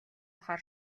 хар